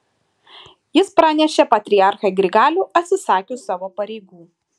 jis pranešė patriarchą grigalių atsisakius savo pareigų